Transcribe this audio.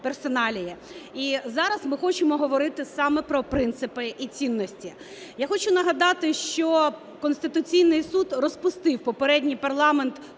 І зараз ми хочемо говорити саме про принципи і цінності. Я хочу нагадати, що Конституційний Суд розпустив попередній парламент